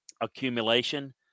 accumulation